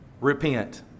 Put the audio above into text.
Repent